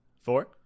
Four